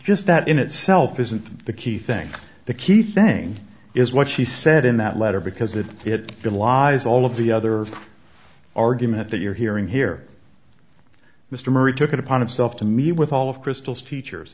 just that in itself isn't the key thing the key thing is what she said in that letter because it it belies all of the other argument that you're hearing here mr murray took it upon himself to me with all of crystal's teachers